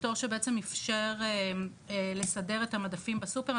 פטור שבעצם אפשר לסדר את המדפים בסופר.